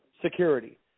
security